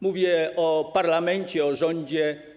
Mówię o parlamencie, rządzie.